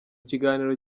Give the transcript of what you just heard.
kiganiro